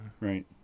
Right